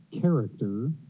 character